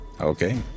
Okay